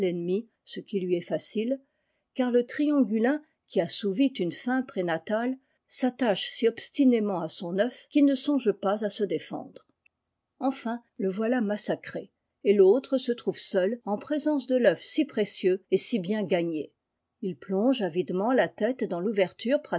ce qui lui est facile car le triongulin qui assouvit une faim prénatale s'attache si obstinément à son œuf qu'il ne songe pas à se défendre enfin le voilà massacré et l'autre se trouve seul en présence de l'œuf si précieux et si bien gagné il plonge avidement la tête dans l'ouverture